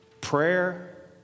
Prayer